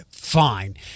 Fine